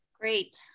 Great